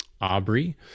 aubrey